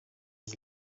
was